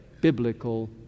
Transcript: biblical